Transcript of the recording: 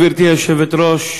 גברתי היושבת-ראש,